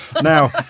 now